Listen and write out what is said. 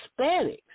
Hispanics